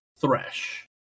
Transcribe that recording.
thresh